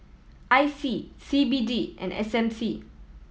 I C C B D and S M C